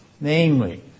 Namely